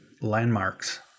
landmarks